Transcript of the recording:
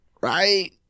right